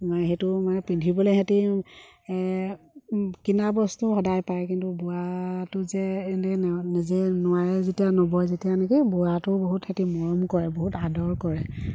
সেইটো মানে পিন্ধিবলৈ সেহেঁতি কিনা বস্তু সদায় পায় কিন্তু বোৱাটো যে এনেই নিজে নোৱাৰে যেতিয়া নবয় যেতিয়া নেকি বোৱাটো বহুত সেহেঁতি মৰম কৰে বহুত আদৰ কৰে